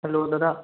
hello দাদা